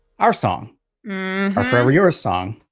our song forever your song?